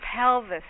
pelvis